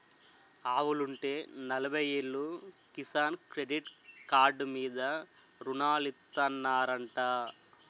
ఆవులుంటే నలబయ్యేలు Kisan credit card మీద రుణాలిత్తనారంటా